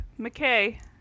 McKay